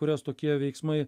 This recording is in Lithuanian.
kurias tokie veiksmai